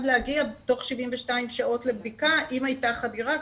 להגיע תוך 72 שעות לבדיקה אם הייתה חדירה.